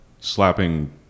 slapping